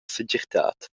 segirtad